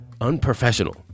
unprofessional